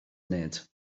nid